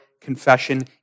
confession